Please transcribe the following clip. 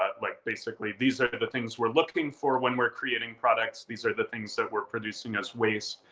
ah like, basically, these are sort of the things we're looking for when we're creating products. these are the things that we're producing as waste,